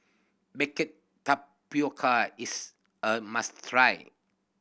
baked tapioca is a must try